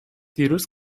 دیروز